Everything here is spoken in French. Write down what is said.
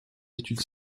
étude